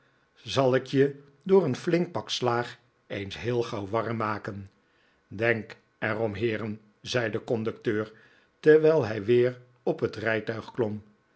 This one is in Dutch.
zal ik je door een flink pak slaag eens heel gauw warm maken denkt er om heeren zei de conducteur terwijl hij weer op het rijtuig klom